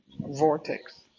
Vortex